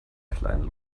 kleinen